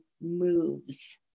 moves